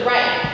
Right